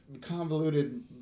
convoluted